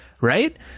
right